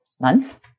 month